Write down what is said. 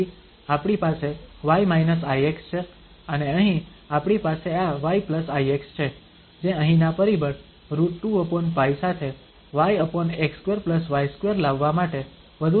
તેથી આપણી પાસે y ix છે અને અહીં આપણી પાસે આ yix છે જે અહીંના પરિબળ √2π સાથે yx2y2 લાવવા માટે વધુ સરળ કરી શકાય